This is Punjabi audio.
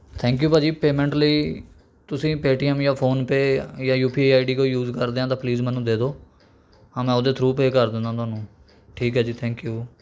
ਥੈਂਕ ਯੂ ਭਾਅ ਜੀ ਪੇਮੈਂਟ ਲਈ ਤੁਸੀਂ ਪੇਟੀਐਮ ਜਾਂ ਫ਼ੋਨਪੇਅ ਜਾਂ U P I I D ਕੋਈ ਯੂਸ ਕਰਦੇ ਹਾਂ ਤਾਂ ਪਲੀਜ਼ ਮੈਨੂੰ ਦੇ ਦਿਉ ਹਾਂ ਮੈਂ ਉਹਦੇ ਥਰੂ ਪੇਅ ਕਰ ਦਿੰਦਾ ਤੁਹਾਨੂੰ ਠੀਕ ਹੈ ਜੀ ਥੈਂਕ ਯੂ